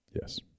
Yes